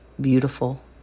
beautiful